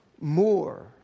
more